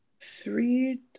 three